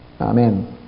Amen